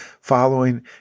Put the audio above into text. following